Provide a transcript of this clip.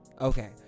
Okay